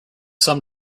sum